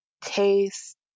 taste